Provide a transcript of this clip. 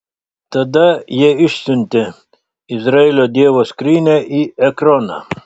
tada jie išsiuntė izraelio dievo skrynią į ekroną